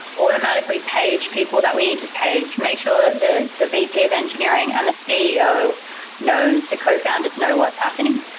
automatically page people that we need to page, make sure that the the vp of engineering and the ceo knows, the cofounders know what's happening.